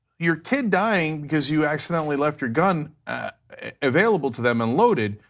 your kid dying because you accidentally left your gun available to them and loaded,